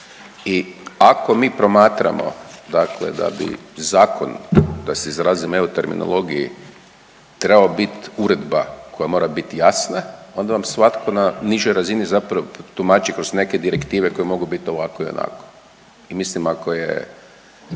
I ako mi promatramo da bi zakon da se izrazim … terminologiji trebao bit uredba koja mora bit jasna onda vam svatko na nižoj razini zapravo tumači kroz neke direktive koje mogu biti ovako i onako. I mislim ako je